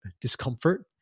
discomfort